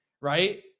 right